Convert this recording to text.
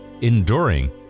enduring